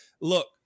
look